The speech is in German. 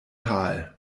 tal